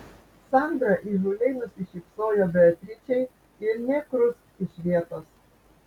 sandra įžūliai nusišypsojo beatričei ir nė krust iš vietos